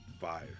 Fire